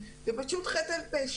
פשע.